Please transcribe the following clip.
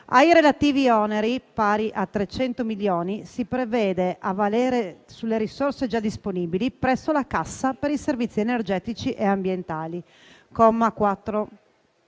Ai relativi oneri, pari a 300 milioni si prevede, a valere sulle risorse già disponibili, presso la cassa per i servizi energetici e ambientali (comma 4).